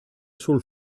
sul